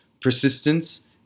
persistence